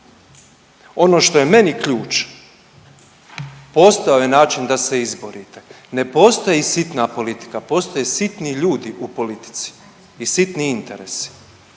Ono što je meni ključ, postojao je način da se izborite, ne postoji sitna politika, postoje sitni ljudi u politici i sitni interesi,